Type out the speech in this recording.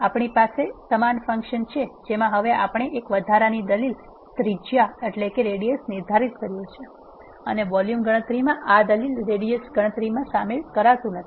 આપણી પાસે સમાન ફંક્શન છે જેમાં હવે આપણે એક વધારાની દલીલ ત્રિજ્યા નિર્ધારિત કર્યું છે અને વોલ્યુમ ગણતરીમાં આ દલીલ ત્રિજ્યાને ગણતરીમાં શામેલ કરતું નથી